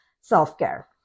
self-care